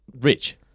rich